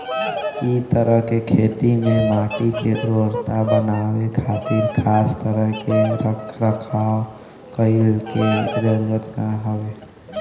इ तरह के खेती में माटी के उर्वरता बनावे खातिर खास तरह के रख रखाव कईला के जरुरत ना हवे